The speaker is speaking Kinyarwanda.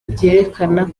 byerekana